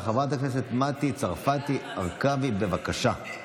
חברת הכנסת מטי צרפתי הרכבי, בבקשה.